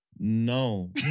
No